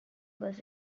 was